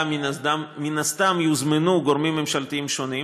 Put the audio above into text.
אז מן הסתם יוזמנו גורמים ממשלתיים שונים,